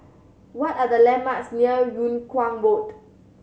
what are the landmarks near Yung Kuang Road